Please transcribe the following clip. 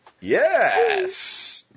Yes